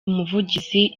umuvugizi